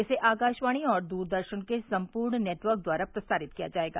इसे आकाशवाणी और दूरदर्शन के संपूर्ण नेटवर्क द्वारा प्रसारित किया जायेगा